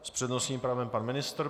S přednostním právem pan ministr.